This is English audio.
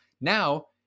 Now